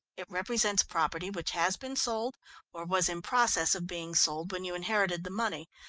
it represents property which has been sold or was in process of being sold when you inherited the money,